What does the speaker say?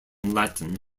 latin